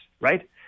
Right